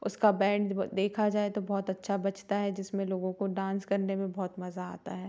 उसका बैंड देखा जाए तो बहुत अच्छा बजता है जिसमें लोगों को डांस करने में बहुत मज़ा आता है